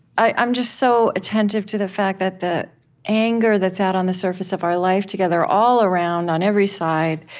i'm just so attentive to the fact that the anger that's out on the surface of our life together, all around, on every side,